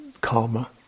karma